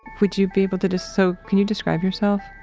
would you be able to just so, can you describe yourself?